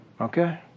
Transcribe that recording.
Okay